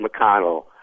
McConnell